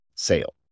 Sale